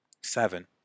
Seven